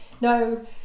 No